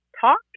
talk